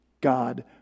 God